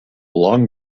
long